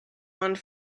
respond